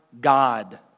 God